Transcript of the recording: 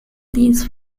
deals